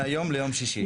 מהיום ליום שישי.